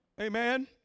Amen